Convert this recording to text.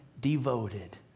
devoted